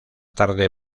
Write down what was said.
tarde